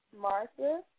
Martha